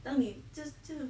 当你 just 就